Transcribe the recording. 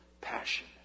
Passion